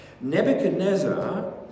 Nebuchadnezzar